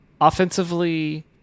Offensively